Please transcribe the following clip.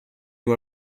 you